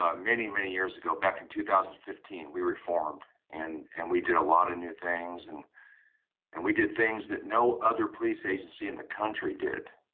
ah many, many years ago, back in two thousand and fifteen, we reformed and and we did a lot of new things and and we did things that no other police agency in the country did.